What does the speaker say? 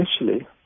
initially